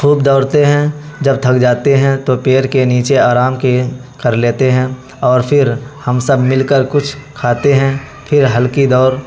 خوب دوڑتے ہیں جب تھک جاتے ہیں تو پیڑ کے نیچے آرام کے کر لیتے ہیں اور پھر ہم سب مل کر کچھ کھاتے ہیں پھر ہلکی دوڑ